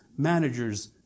manager's